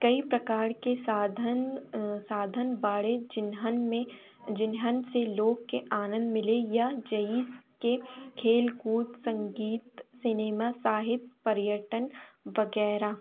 कई प्रकार के साधन साधन बाड़े चिन्हन में जिन्हन से लोग के आनद मिले या जैसे के खेल कूद संगीत सिनेमा साहित्य पर्यटन वग़ैरह